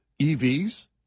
EVs